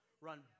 Run